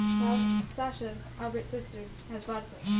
well, sasha, albert's sister, and has vodka.